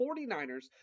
49ERS